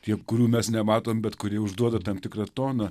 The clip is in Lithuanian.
tie kurių mes nematom bet kuri užduoda tam tikrą toną